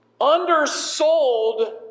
undersold